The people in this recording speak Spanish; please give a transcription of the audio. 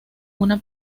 una